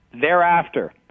Thereafter